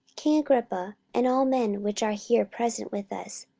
king agrippa, and all men which are here present with us,